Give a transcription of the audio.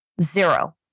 Zero